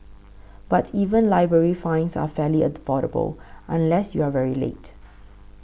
but even library fines are fairly affordable unless you are very late